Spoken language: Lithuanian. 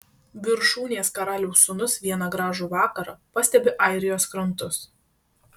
viršūnės karaliaus sūnus vieną gražų vakarą pastebi airijos krantus